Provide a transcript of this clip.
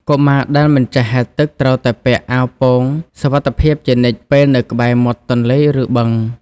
កុមារដែលមិនចេះហែលទឹកត្រូវតែពាក់ អាវពោងសុវត្ថិភាព ជានិច្ចពេលនៅក្បែរមាត់ទន្លេឬបឹង។